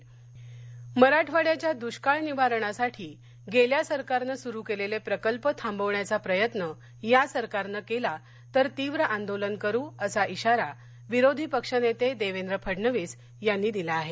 पंकजा मंडे मराठवाड्याच्या दृष्काळ निवारणासाठी गेल्या सरकारनं सुरू केलेल प्रकल्प थांबवण्यचा प्रयत्न या सरकारनं केला तर तीव्र आंदोलन करू असा इशारा विरोधी पक्ष नेर्ते देवेंद्र फडणवीस यांनी दिला आहे